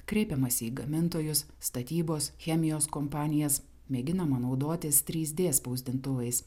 kreipiamasi į gamintojus statybos chemijos kompanijas mėginama naudotis trys dė spausdintuvais